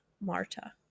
Marta